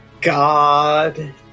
God